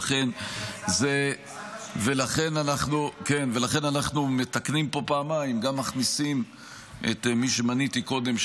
לכן אנחנו מתקנים פה פעמיים: גם מכניסים את מי שמניתי קודם,